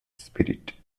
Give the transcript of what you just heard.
spirit